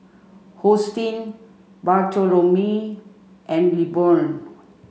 Hosteen Bartholomew and Lilburn